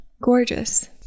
Gorgeous